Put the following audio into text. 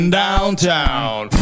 downtown